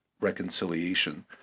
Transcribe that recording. reconciliation